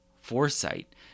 foresight